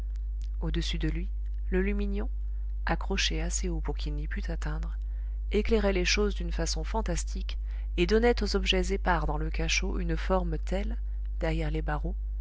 au-dessus de lui le lumignon accroché assez haut pour qu'il n'y pût atteindre éclairait les choses d'une façon fantastique et donnait aux objets épars dans le cachot une forme telle derrière les barreaux